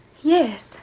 Yes